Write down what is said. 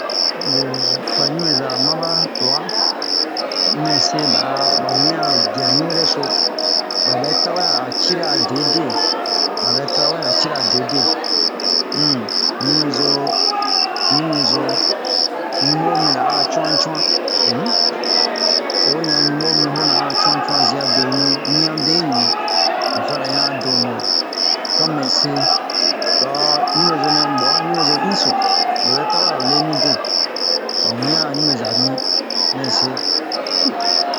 ba ɲumɛza ma ba uwa mɛse ba wian ha bia ɲu-ere so ba bɛ tawɛ a cira de-de ba bɛ tawɛ a cira de-de un ɲumɛzo ɲumɛzo ɲunbo min lona a cu'an cu'an un ho ɲan ɲunbo mi ona a cu'an cu'an zia beɲu ɲian beɲu vara ɲan donbo to mɛse d'ɔo ɲumɛzo nɛ bua ɲumɛzo hinso lobɛ tawa a ro le mi de ban wian ɲumɛzo bin mɛse